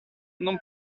non